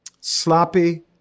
Sloppy